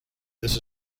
this